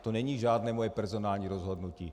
To není žádné moje personální rozhodnutí.